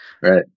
Right